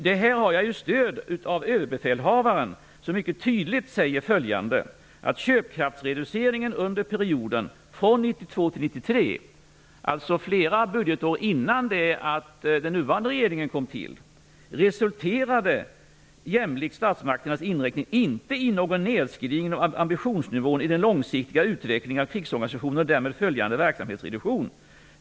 Detta har jag stöd för hos Överbefälhavaren, som mycket tydligt säger följande: det är alltså flera budgetår innan den nuvarande regeringen kom till makten - "resulterade jämlikt statsmakternas inriktning inte i någon nedskrivning av ambitionsnivån i den långsiktiga utvecklingen av krigsorganisationen och därav följande verksamhetsreduktion.